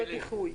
ללא דיחוי.